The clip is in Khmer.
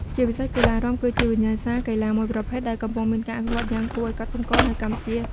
ជាពិសេសកីឡារាំ គឺជាវិញ្ញាសាកីឡាមួយប្រភេទដែលកំពុងមានការអភិវឌ្ឍន៍យ៉ាងគួរឱ្យកត់សម្គាល់នៅកម្ពុជា។